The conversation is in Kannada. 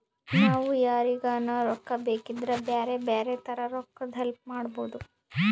ನಾವು ಯಾರಿಗನ ರೊಕ್ಕ ಬೇಕಿದ್ರ ಬ್ಯಾರೆ ಬ್ಯಾರೆ ತರ ರೊಕ್ಕದ್ ಹೆಲ್ಪ್ ಮಾಡ್ಬೋದು